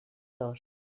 dos